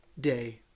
day